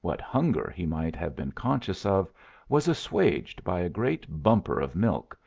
what hunger he might have been conscious of was assuaged by a great bumper of milk,